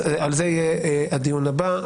על זה יהיה הדיון הבא.